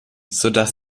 sodass